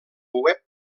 web